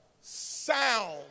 sound